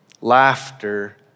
Laughter